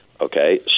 Okay